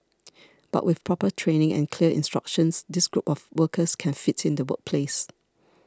but with proper training and clear instructions this group of workers can fit in the workplace